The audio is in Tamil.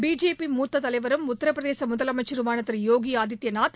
பிஜேபி மூத்த தலைவரும் உத்தரப் பிரதேச முதலமைச்சருமான யோகி ஆதித்யநாத்